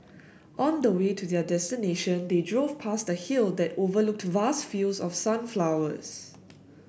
on the way to their destination they drove past a hill that overlooked vast fields of sunflowers